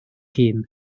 hun